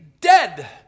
dead